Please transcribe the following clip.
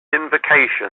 invocation